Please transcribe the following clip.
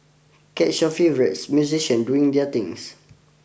catch your favourites musician doing their things